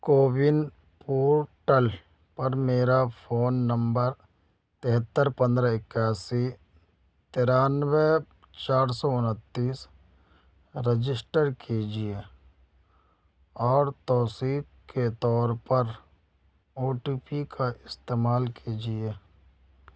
CoWIN portal پر میرا phone number تہتر پندرہ اکیاسی ترانوے چار سو انتیس رجسٹر کیجیے اور توثیق کے طور پر او ٹی پی کا استعمال کیجیے